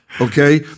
okay